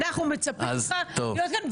אנחנו מצפים ממך להיות כאן.